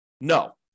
No